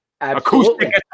Acoustic